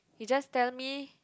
he just tell me